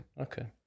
okay